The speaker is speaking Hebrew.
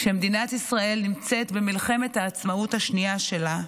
כשמדינת ישראל נמצאת במלחמת העצמאות השנייה שלה,